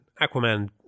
Aquaman